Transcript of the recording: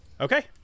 okay